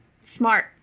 smart